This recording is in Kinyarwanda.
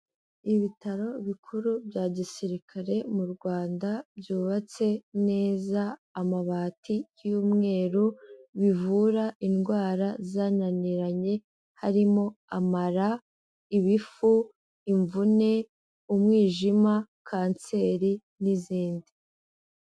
Ibitaro bikuru bya gisirikare mu Rwanda byubatse neza amabati y'umweru, bivura indwara zananiranye harimo amara, ibifu, imvune, umwijima, kanseri n'izindi.